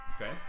Okay